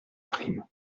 prime